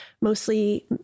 mostly